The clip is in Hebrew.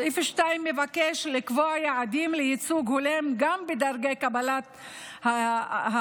סעיף 2 מבקש לקבוע יעדים לייצוג הולם גם בדרגי קבלת ההחלטות,